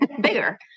bigger